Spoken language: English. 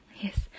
Yes